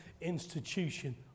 institution